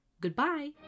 Goodbye